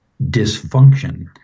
dysfunction